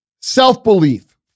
self-belief